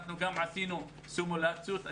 אנחנו עשינו סימולציות.